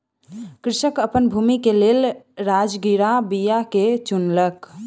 कृषक अपन भूमि के लेल राजगिरा बीया के चुनलक